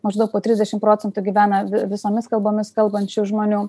maždaug po trisdešim procentų gyvena visomis kalbomis kalbančių žmonių